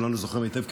כולנו זוכרים היטב,